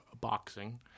boxing